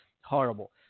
horrible